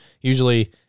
usually